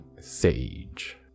Sage